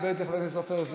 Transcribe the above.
חבר הכנסת סופר,